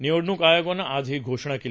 निवडणूक आयोगानं आज ही घोषणा केली